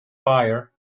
fire